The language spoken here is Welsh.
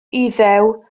iddew